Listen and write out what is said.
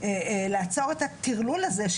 לעצור את הטירלול הזה,